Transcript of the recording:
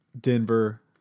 Denver